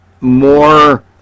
more